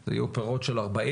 הם היו פירות של ארבעים,